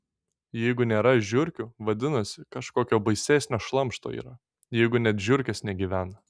jeigu nėra žiurkių vadinasi kažkokio baisesnio šlamšto yra jeigu net žiurkės negyvena